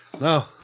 No